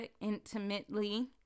Intimately